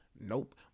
Nope